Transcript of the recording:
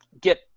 Get